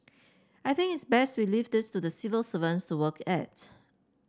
I think it's best we leave this to the civil servants to work at